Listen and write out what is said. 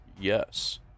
yes